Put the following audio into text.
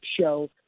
show